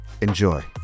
Enjoy